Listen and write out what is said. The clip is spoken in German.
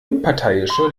unparteiische